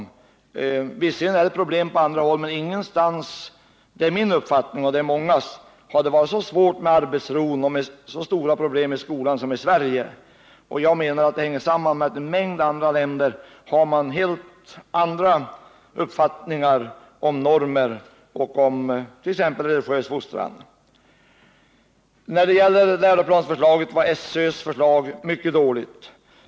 Visserligen förekommer det problem på andra håll, men ingenstans har man enligt min och många andras uppfattning haft så svårt med arbetsron och så stora problem i skolan som i Sverige. Jag anser att det hänger samman med att man i en mängd andra länder har helt andra uppfattningar om normer och om exempelvis religiös fostran. SÖ:s förslag till läroplan var mycket dåligt.